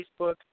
Facebook